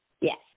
Yes